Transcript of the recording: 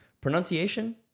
Pronunciation